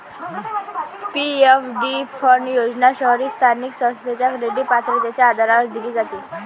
PFD fund योजना शहरी स्थानिक संस्थेच्या क्रेडिट पात्रतेच्या आधारावर दिली जाते